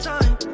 Time